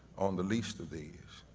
on the least of these.